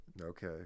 Okay